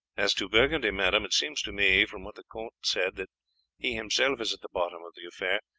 as to burgundy, madame, it seems to me from what the count said that he himself is at the bottom of the affair,